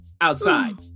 outside